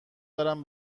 دارم